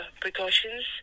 precautions